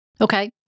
Okay